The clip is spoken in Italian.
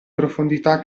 profondità